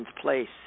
place